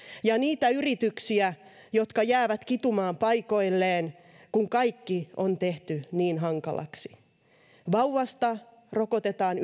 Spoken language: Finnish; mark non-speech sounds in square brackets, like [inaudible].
ja niitä yrityksiä jotka jäävät kitumaan paikoilleen kun kaikki on tehty niin hankalaksi [unintelligible] yrittäjää rokotetaan [unintelligible]